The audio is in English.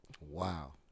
Wow